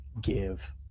give